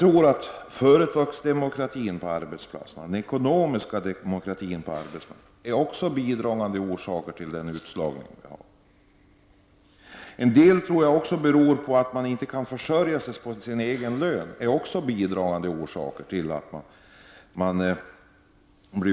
Den bristande företagsdemokratin på arbetsplatserna och den bristande ekonomiska demokratin på arbetsmarknaden är också bidragande orsaker till den utslagning som sker. Att människor inte kan försörja sig på sin egen lön är också en bidragande orsak till utslagningen.